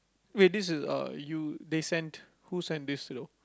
wait this is uh you they sent who sent this hello